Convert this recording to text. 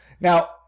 Now